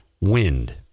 wind